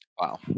Wow